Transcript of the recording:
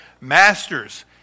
Masters